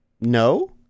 no